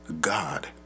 God